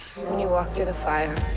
when you walk through the fire.